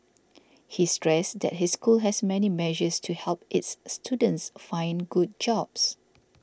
he stressed that his school has many measures to help its students find good jobs